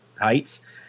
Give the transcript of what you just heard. heights